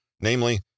namely